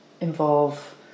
involve